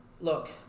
look